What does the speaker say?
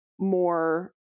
more